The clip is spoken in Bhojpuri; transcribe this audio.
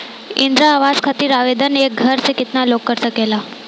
इंद्रा आवास खातिर आवेदन एक घर से केतना लोग कर सकेला?